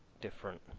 different